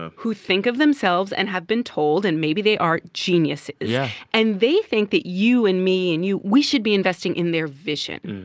ah who think of themselves and have been told and maybe they are geniuses yeah and they think that you and me and you we should be investing investing in their vision.